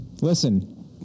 Listen